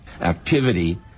activity